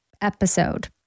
episode